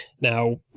Now